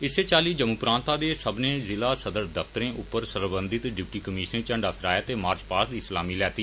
इस्सै चाल्ली जम्मू प्रांता दे सव्मने जिला सदर दफ्तरें उप्पर सरबंधत डिप्टी कमीष्नरें झण्डा फहराया ते मार्च पास्ट दी सलामी लैती